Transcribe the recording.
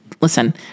listen